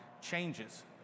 changes